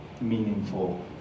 meaningful